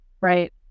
Right